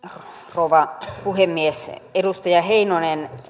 rouva puhemies edustaja heinonen